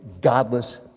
godless